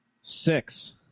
Six